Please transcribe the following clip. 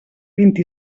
vint